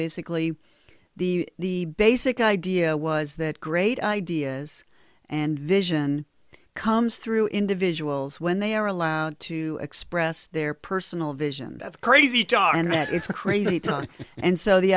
basically the basic idea was that great ideas and vision comes through individuals when they are allowed to express their personal vision of crazy job and that it's a crazy time and so the